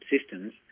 systems